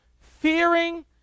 fearing